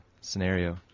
scenario